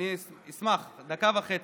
אני אשמח, דקה וחצי.